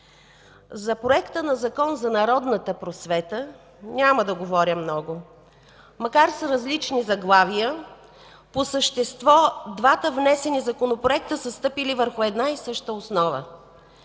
Законопроекта за народната просвета няма да говоря много. Макар с различни заглавия, по същество двата внесени законопроекта са стъпили върху една и съща основа.